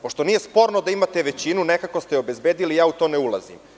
Pošto nije sporno da imate većinu, nekako ste je obezbedili, ja u to ne ulazim.